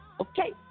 Okay